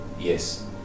yes